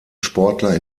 sportler